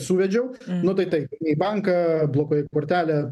suvedžiau nu tai taip į banką blokuoji kortelę